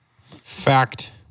Fact